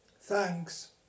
Thanks